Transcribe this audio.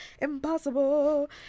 impossible